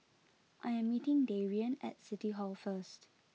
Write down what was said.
I am meeting Darrien at City Hall first